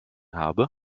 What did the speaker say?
habe